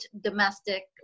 domestic